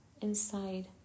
inside